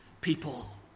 people